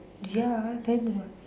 ya then what